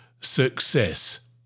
success